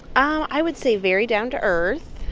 i would say very down to earth,